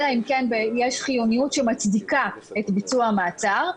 אלא אם כן יש חיוניות שמצדיקה את ביצוע המעצר.